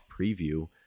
preview